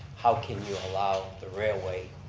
how can you allow the railway,